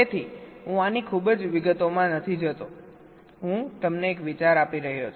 તેથી હું આની ખૂબ જ વિગતોમાં નથી જતો હું તમને એક વિચાર આપી રહ્યો છું